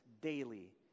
daily